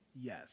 yes